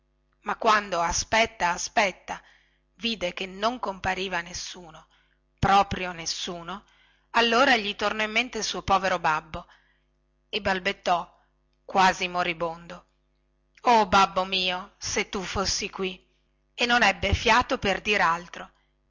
ma quando aspetta aspetta vide che non compariva nessuno proprio nessuno allora gli tornò in mente il suo povero babbo e balbettò quasi moribondo oh babbo mio se tu fossi qui e non ebbe fiato per dir altro